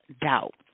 doubt